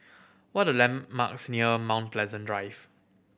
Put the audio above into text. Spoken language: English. what are the landmarks near Mount Pleasant Drive